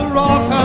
rock